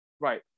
right